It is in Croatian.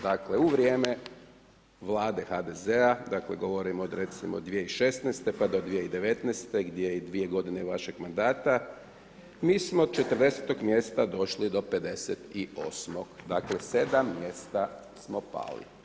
Dakle u vrijeme Vlade HDZ-a dakle govorim od recimo 2016. pa do 2019. gdje je i 2 godine vašeg mandata mi smo od 40.-tog mjesta došli do 58., dakle 7 mjesta smo pali.